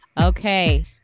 Okay